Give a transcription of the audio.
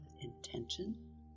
intention